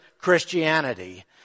Christianity